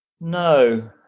no